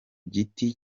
giti